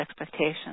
expectations